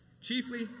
Chiefly